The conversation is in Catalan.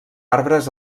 arbres